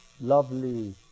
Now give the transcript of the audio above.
lovely